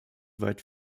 weit